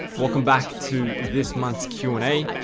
welcome back to this month's q and a.